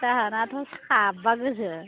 जोंहानाथ' सा बा गोजो